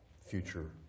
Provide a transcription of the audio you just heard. future